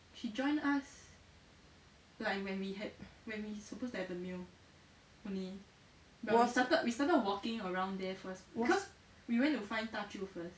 was was